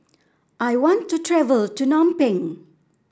I want to travel to Phnom Penh